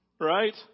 Right